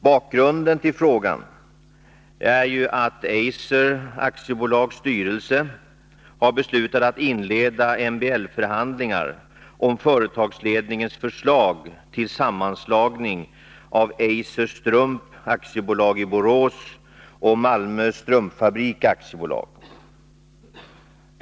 Bakgrunden till frågan är att Eiser AB:s styrelse har beslutat att inleda MBL-förhandlingar om företagsledningens förslag till sammanslagning av Eiser Strump AB i Borås och Malmö Strumpfabrik AB.